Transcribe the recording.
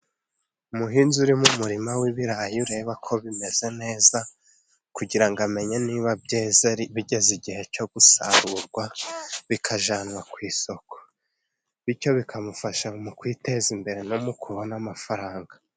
Umuhinzi uri mu murima w'ibirayi ureba ko bimeze neza, kugira ngo amenye niba byeze bigeze igihe co gusarugwa bikajanwa ku isoko. Bicyo bikamufasha mu kwiteza imbere no mu kubona amafaranga.